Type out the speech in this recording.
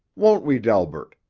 won't we, delbert?